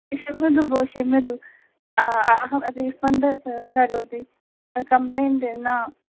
क्षम्यतां भो क्षम्यताम् अहं रीफ़ण्ड् करोमि कम्प्लेण्ट् न